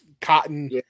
cotton